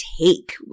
take